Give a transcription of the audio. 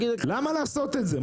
למה לעשות את זה?